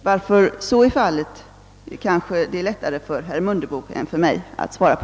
Varför så är fallet är det kanske lättare för herr Mundebo än för mig att svara på.